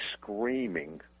screaming